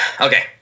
Okay